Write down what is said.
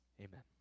Amen